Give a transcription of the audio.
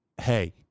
hey